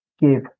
give